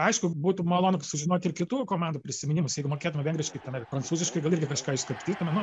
aišku būtų malonu sužinoti ir kitų komandų prisiminimus jeigu mokėtume vengriškai ten ar prancūziškai gal irgi kažką iškapstytume nu